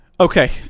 Okay